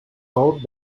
cold